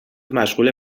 مشغوله